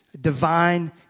divine